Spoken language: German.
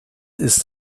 ist